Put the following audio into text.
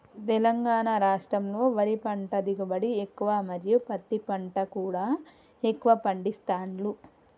తెలంగాణ రాష్టంలో వరి పంట దిగుబడి ఎక్కువ మరియు పత్తి పంట కూడా ఎక్కువ పండిస్తాండ్లు